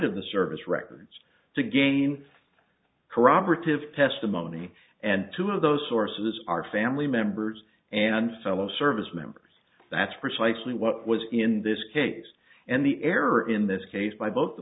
of the service records to gain corroborative testimony and two of those sources are family members and fellow service members that's precisely what was in this case and the error in this case by both the